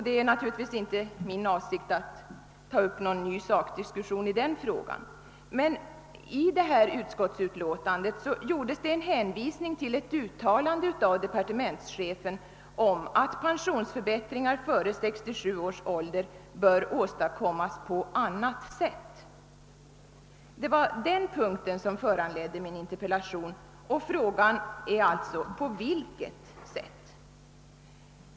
Det är naturligtvis inte min avsikt att ta upp någon ny sakdiskussion i detta ärende. I utskottsutlåtandet gjordes det emellertid en hänvisning till ett uttalande av departementschefen om att pensionsförbättringar före 67 års ålder borde åstadkommas »på annat sätt». Det var den punkten som föranledde min interpellation, och frågan är alltså: På vilket sätt?